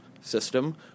system